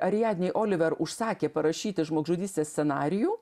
ariadnei oliver užsakė parašyti žmogžudystės scenarijų